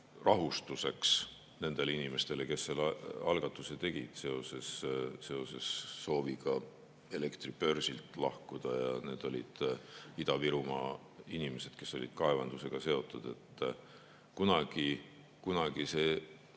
rahustuseks nendele inimestele, kes selle algatuse tegid seoses sooviga elektribörsilt lahkuda. Need olid Ida-Virumaa inimesed, kes olid kaevandustega seotud. Kunagi see